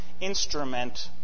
instrument